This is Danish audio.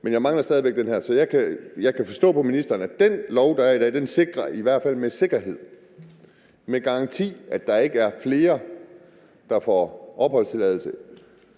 i forhold til den her. Jeg kan forstå på ministeren, at den lov, der er i dag, i hvert fald med sikkerhed og med garanti sikrer, at der ikke er flere, der får opholdstilladelse,